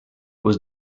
was